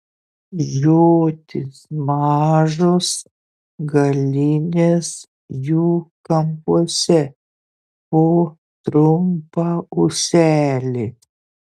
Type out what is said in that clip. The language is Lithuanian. žiotys mažos galinės jų kampuose po trumpą ūselį